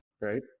right